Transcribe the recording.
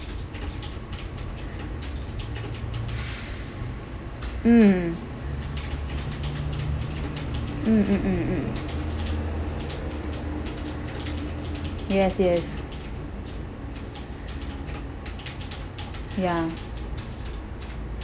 mm mm mm mm mm yes yes ya